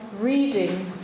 reading